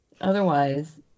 otherwise